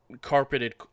carpeted